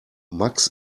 max